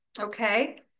Okay